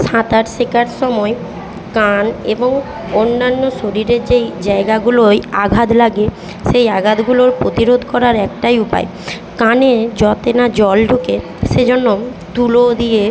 সাঁতার শেখার সময় কান এবং অন্যান্য শরীরে যেই জায়গাগুলোই আঘাত লাগে সেই আঘাতগুলো প্রতিরোদ করার একটাই উপায় কানে যতে না জল ঢোকে সে জন্য তুলো দিয়ে